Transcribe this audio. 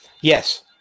Yes